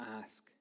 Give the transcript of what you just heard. ask